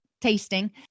tasting